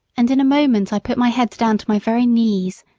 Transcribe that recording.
and in a moment i put my head down to my very knees.